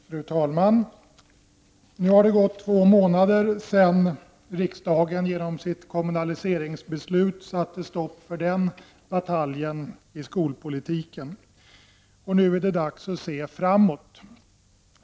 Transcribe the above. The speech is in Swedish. Fru talman! Nu har det gått två månader sedan riksdagen genom sitt kommunaliseringsbeslut satte stopp för den bataljen i skolpolitiken. Nu är det dags att se framåt.